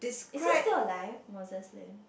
is he still alive Moses Lim